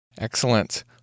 Excellent